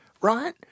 right